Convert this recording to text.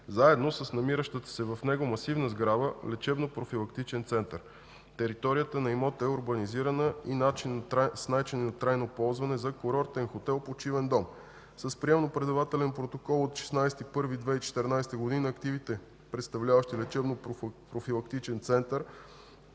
заедно с намиращата се в него масивна сграда – Лечебно-профилактичен център. Територията на имота е урбанизирана с начини на трайно ползване за курортен хотел – почивен дом. С приемо-предавателен протокол от 16 януари 2014 г. активите, представляващи Лечебно-профилактичен център